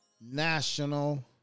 National